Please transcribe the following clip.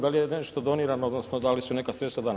Da li je nešto donirano odnosno da li su neka sredstva dana?